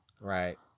right